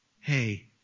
Hey